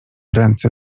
ręce